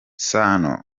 sano